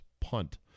punt